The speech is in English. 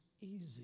easy